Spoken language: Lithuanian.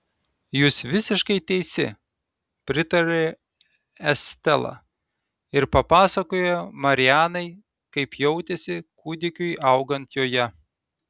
jūs visiškai teisi pritarė estela ir papasakojo marianai kaip jautėsi kūdikiui augant joje